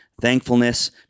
thankfulness